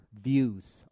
views